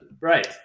Right